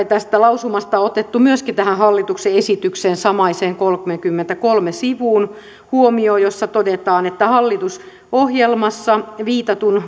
tästä samasta lausumasta on otettu myöskin tähän hallituksen esityksen samaiselle sivulle kolmekymmentäkolme huomio jossa todetaan hallitusohjelmassa viitatun